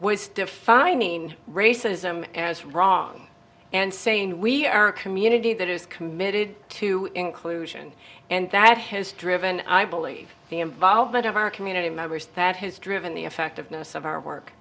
was defining racism and i was wrong and saying we are a community that is committed to inclusion and that has driven i believe the involvement of our community members that has driven the effectiveness of our work